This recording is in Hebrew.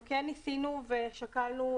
אנחנו כן ניסינו ושקלנו,